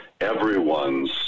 everyone's